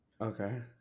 Okay